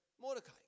Mordecai